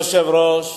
אדוני היושב-ראש,